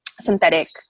Synthetic